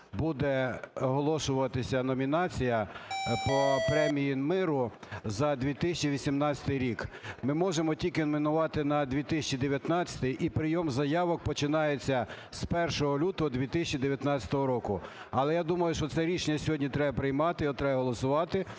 буде оголошуватися номінація по премії миру за 2018 рік. Ми можемо тільки номінувати на 2019-й, і прийом заявок починається з 1 лютого 2019 року. Але я думаю, що це рішення сьогодні треба приймати, його треба голосувати